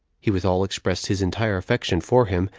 he withal expressed his entire affection for him,